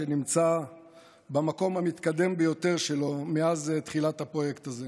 שנמצא במקום המתקדם ביותר שלו מאז תחילת הפרויקט הזה.